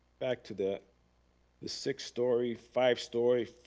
back to the the six story, five story,